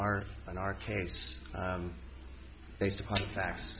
our in our case based upon facts